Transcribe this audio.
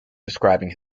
describing